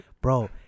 Bro